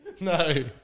No